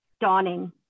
dawning